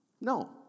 no